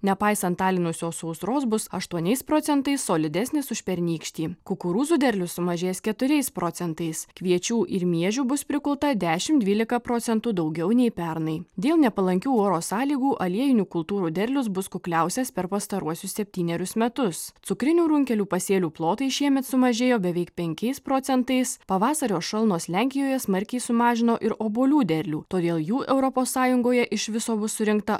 nepaisant alinusios sausros bus aštuoniais procentais solidesnis už pernykštį kukurūzų derlius sumažės keturiais procentais kviečių ir miežių bus prikulta dešimt dvylika procentų daugiau nei pernai dėl nepalankių oro sąlygų aliejinių kultūrų derlius bus kukliausias per pastaruosius septynerius metus cukrinių runkelių pasėlių plotai šiemet sumažėjo beveik penkiais procentais pavasario šalnos lenkijoje smarkiai sumažino ir obuolių derlių todėl jų europos sąjungoje iš viso bus surinkta